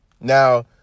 Now